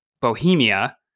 Bohemia